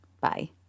Bye